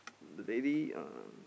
the lady uh